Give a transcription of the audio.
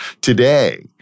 Today